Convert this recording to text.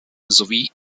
sowie